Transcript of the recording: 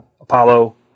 Apollo